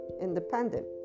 independent